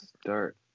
start